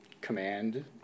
command